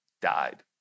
died